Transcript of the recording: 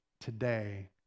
today